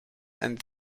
and